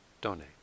donate